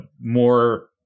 more